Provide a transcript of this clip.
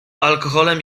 alkoholem